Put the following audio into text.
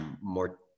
more